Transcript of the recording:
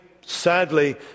sadly